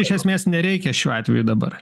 iš esmės nereikia šiuo atveju dabar